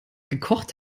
gekocht